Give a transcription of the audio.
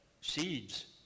seeds